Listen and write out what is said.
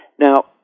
Now